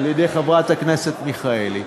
על-ידי חברת הכנסת מיכאלי,